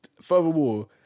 furthermore